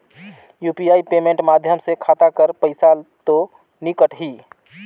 UPI payment माध्यम से खाता कर पइसा तो नी कटही?